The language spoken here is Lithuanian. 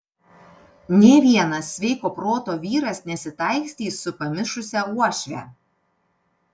nė vienas sveiko proto vyras nesitaikstys su pamišusia uošve